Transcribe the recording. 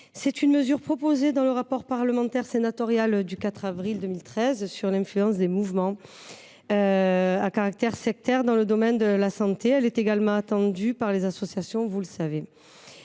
Cette mesure était proposée dans le rapport sénatorial du 4 avril 2013 sur l’influence des mouvements à caractère sectaire dans le domaine de la santé. Elle est également attendue par les associations d’aides